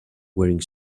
wearing